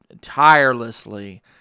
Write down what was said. tirelessly